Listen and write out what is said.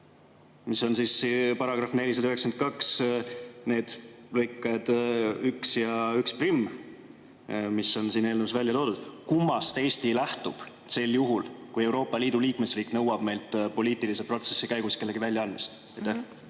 need on siis § 492 lõiked 1 ja 11, mis on siin eelnõus välja toodud – kummast Eesti lähtub sel juhul, kui Euroopa Liidu liikmesriik nõuab meilt poliitilise protsessi käigus kellegi väljaandmist?